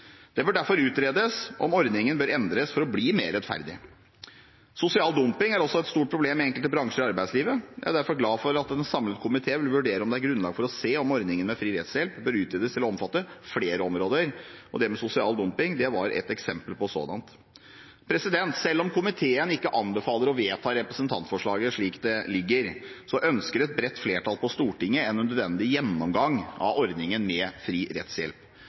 Det bør derfor utredes om ordningen bør endres for å bli mer rettferdig. Sosial dumping er også et stort problem i enkelte bransjer i arbeidslivet. Jeg er derfor glad for at en samlet komité vil vurdere om det er grunnlag for å se på om ordningen med fri rettshjelp bør utvides til å omfatte flere områder. Sosial dumping er et eksempel på et slikt område. Selv om komiteen ikke anbefaler å vedta representantforslaget slik det foreligger, ønsker et bredt flertall på Stortinget en nødvendig gjennomgang av ordningen med fri rettshjelp.